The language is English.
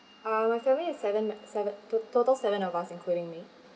uh my family is seven mem~ seven to~ total seven of us including me